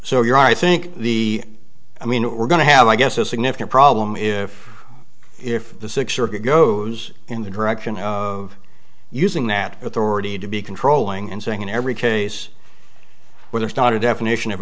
so you're i think the i mean we're going to have i guess a significant problem if if the sixth circuit goes in the direction of using that authority to be controlling and saying in every case where there's not a definition of